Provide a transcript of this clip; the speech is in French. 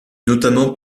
notamment